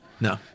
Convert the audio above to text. No